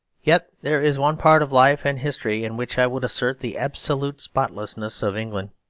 yet there is one part of life and history in which i would assert the absolute spotlessness of england.